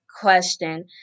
question